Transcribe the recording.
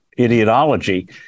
ideology